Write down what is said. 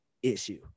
Issue